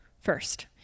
First